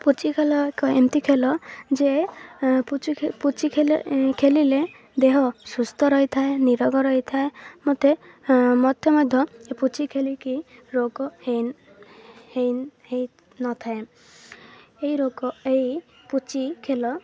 ପୁଚି ଖେଳ ଏକ ଏମିତି ଖେଳ ଯେ ପୁଚି ଖେଳିଲେ ଦେହ ସୁସ୍ଥ ରହିଥାଏ ନିରୋଗ ରହିଥାଏ ମତେ ମତେ ମଧ୍ୟ ପୁଚି ଖେଳିକି ରୋଗ ହେଇ ନଥାଏ ଏହି ରୋଗ ଏହି ପୁଚି ଖେଳ